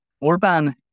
Orban